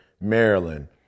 Maryland